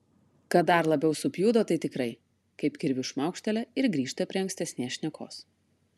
kad dar labiau supjudo tai tikrai kaip kirviu šmaukštelia ir grįžta prie ankstesnės šnekos